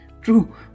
True